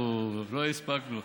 לא הספקנו.